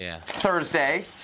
Thursday